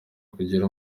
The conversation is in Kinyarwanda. kugira